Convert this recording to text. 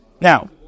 Now